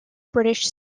british